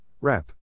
Rep